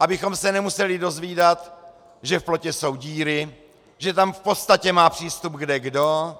abychom se nemuseli dozvídat, že v plotě jsou díry, že tam má v podstatě přístup kdekdo.